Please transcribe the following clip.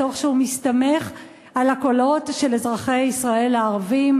תוך שהוא מסתמך על הקולות של אזרחי ישראל הערבים,